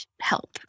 help